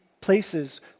places